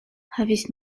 havis